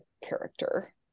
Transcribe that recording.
character